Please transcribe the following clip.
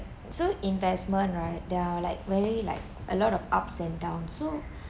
so investment right they're like very like a lot of ups and downs so